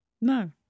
No